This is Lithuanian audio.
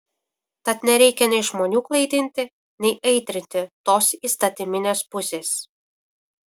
tad nereikia nei žmonių klaidinti nei aitrinti tos įstatyminės pusės